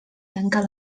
tancar